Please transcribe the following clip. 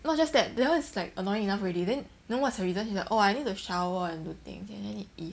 not just that that one's like annoying enough already then then what's her reason oh I need to shower and do things I need to eat